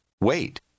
wait